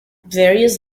various